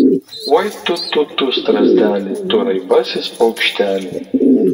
oi tu tu tu strazdeli tu raibasis paukšteli